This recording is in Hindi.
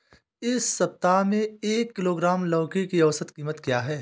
इस सप्ताह में एक किलोग्राम लौकी की औसत कीमत क्या है?